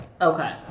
Okay